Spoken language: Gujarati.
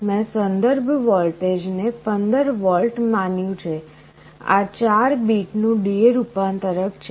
મેં સંદર્ભ વોલ્ટેજને 15 વોલ્ટ માન્યું છે આ 4 બીટ નું DA રૂપાંતરક છે